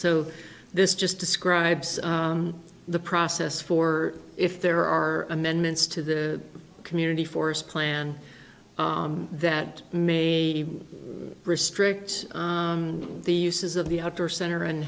so this just describes the process for if there are amendments to the community forest plan that may restrict the uses of the outdoor center and